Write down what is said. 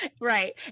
Right